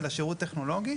אלא שירות טכנולוגי.